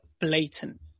blatant